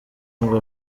ngo